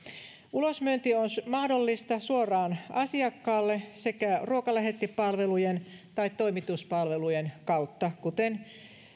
ulosmyynti on mahdollista suoraan asiakkaalle sekä ruokalähettipalvelujen tai toimituspalvelujen kautta kuten